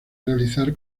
realizar